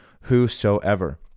whosoever